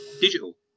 digital